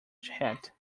hat